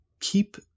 keep